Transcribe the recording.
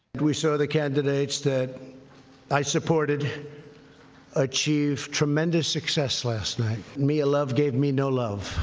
we saw the candidates that i supported achieve tremendous success last night. mia love gave me no love,